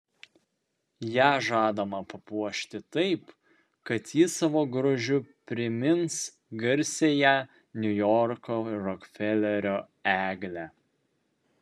ją žadama papuošti taip kad ji savo grožiu primins garsiąją niujorko rokfelerio eglę